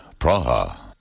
Praha